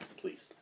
Please